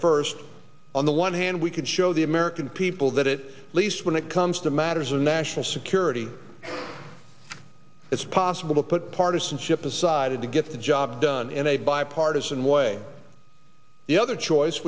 first on the one hand we can show the american people that it least when it comes to matters of national security it's possible to put partisanship aside and to get the job done in a bipartisan way the other choice